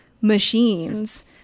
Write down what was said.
machines